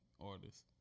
artists